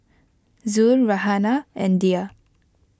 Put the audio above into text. Zul Raihana and Dhia